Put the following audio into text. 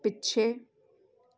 ਪਿੱਛੇ